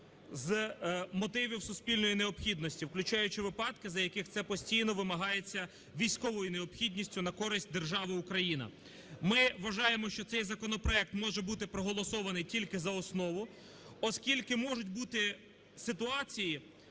з мотивів суспільної необхідності, включаючи випадки, з яких це постійно вимагається військовою необхідністю на користь держави Україна. Ми вважаємо, що цей законопроект може бути проголосований тільки за основу, оскільки можуть бути ситуації,